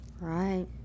Right